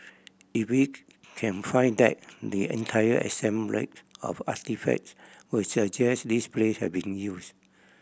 if we can find that the entire assemblage of artefacts would suggest this place has been used